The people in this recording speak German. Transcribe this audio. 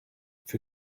für